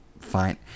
fine